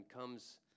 comes